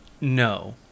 No